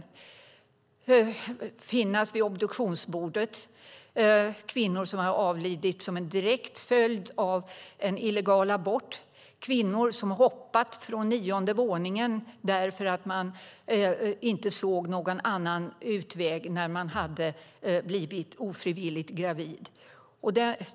Jag har funnits vid obduktionsbordet med kvinnor som har avlidit som en direkt följd av en illegal abort och kvinnor som hoppat från nionde våningen därför att man inte såg någon annan utväg när man hade blivit ofrivilligt gravid.